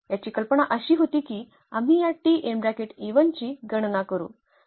याची कल्पना अशी होती की आम्ही या ची गणना करू